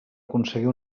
aconseguir